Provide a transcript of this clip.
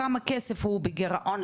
כמה כסף הוא בגירעון,